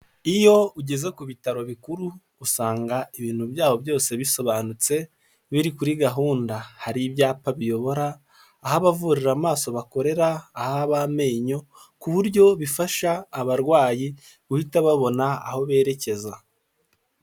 Iyo ugeze ku bitaro bikuru, usanga ibintu byaho byose bisobanutse, biri kuri gahunda. Hari ibyapa biyobora, aho abavurira amaso bakorera, aho ab'amenyo, ku buryo bifasha abarwayi guhita babona aho berekeza.